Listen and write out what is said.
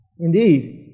Indeed